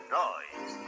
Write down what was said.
noise